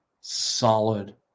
solid